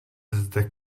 zde